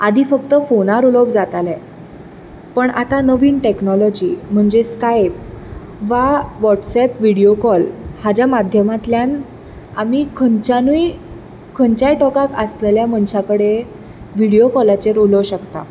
आदी फक्त फोनार उलोवप जातालें पण आता नवीन टेक्नॉलोजी म्हणजेच स्कायप वा वॉटसएप विडियो कॉल हाज्या माध्यमांतल्यान आमी खंयच्यानूय खंयच्या टोकाक आसतल्या मनशां कडेन विडियो कॉलाचेर उलोव शकतां